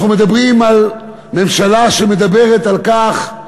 אנחנו מדברים על ממשלה שמדברת על כך,